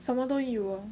什么都有